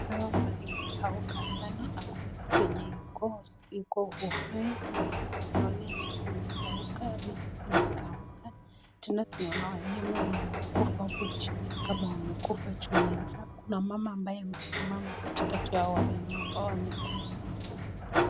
Mahali imekauka sana hakuna kitu iko uhai, tunaona nyasi imekauka, na miti zimekauka, tena tunaona wanyama wenye wamekufa hapo chini ni kama wamekufa juu ya njaa, kuna mama ambaye amesimama katikati ya hao wanyama ambao wamekufa.